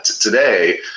today